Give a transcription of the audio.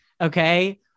Okay